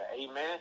amen